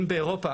אם באירופה